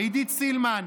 עידית סילמן,